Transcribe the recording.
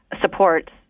support